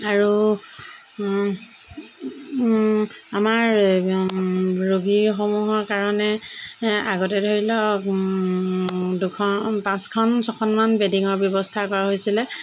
আৰু আমাৰ ৰোগীসমূহৰ কাৰণে আগতে ধৰি লওক দুখন পাঁচখন ছখনমান বেডিঙৰ ব্যৱস্থা কৰা হৈছিলে